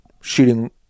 shooting